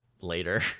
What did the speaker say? later